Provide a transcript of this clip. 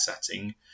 setting